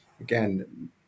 again